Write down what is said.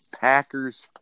Packers